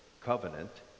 covenant